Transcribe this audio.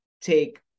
take